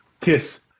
kiss